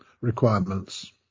requirements